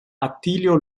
attilio